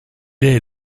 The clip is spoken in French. est